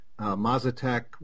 Mazatec